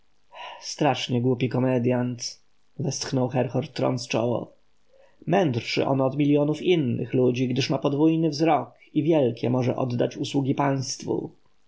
strasznie głupi komedjant westchnął herhor trąc czoło mędrszy on od miljonów innych ludzi gdyż ma podwójny wzrok i wielkie może oddać usługi państwu